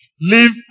Live